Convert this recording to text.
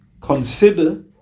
consider